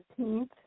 15th